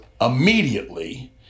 immediately